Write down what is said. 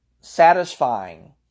satisfying